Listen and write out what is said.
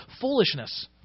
foolishness